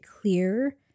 clear